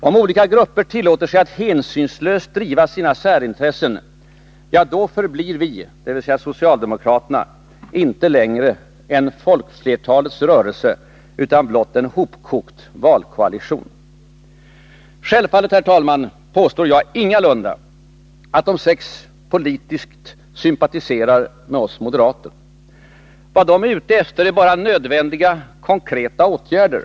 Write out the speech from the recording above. Om olika grupper ”tillåter sig att hänsynslöst driva sina särintressen, ja, då förblir vi” — dvs. socialdemokraterna — ”inte längre en folkflertalets rörelse utan blott en hopkokt valkoalition”. Herr talman! Självfallet påstår jag ingalunda att de sex politiskt sympatiserar med oss moderater. Vad de är ute efter är bara nödvändiga, konkreta åtgärder.